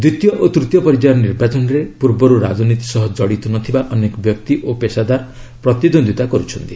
ଦ୍ୱିତୀୟ ଓ ତୂତୀୟ ପର୍ଯ୍ୟାୟର ନିର୍ବାଚନରେ ପୂର୍ବରୁ ରାଜନୀତି ସହ ଜଡ଼ିତ ନଥିବା ଅନେକ ବ୍ୟକ୍ତି ଓ ପେସାଦାର ପ୍ରତିଦ୍ୱନ୍ଦ୍ୱିତା କରୁଛନ୍ତି